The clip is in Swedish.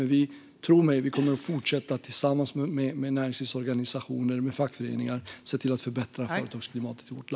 Men, tro mig, vi kommer tillsammans med näringslivsorganisationer och fackföreningar att fortsätta att se till att förbättra företagsklimatet i vårt land.